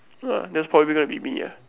ah that's probably gonna be me ah